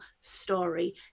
story